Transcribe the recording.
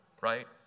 right